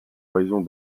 raison